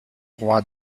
roi